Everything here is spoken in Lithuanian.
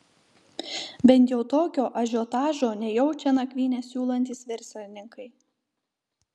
bent jau tokio ažiotažo nejaučia nakvynę siūlantys verslininkai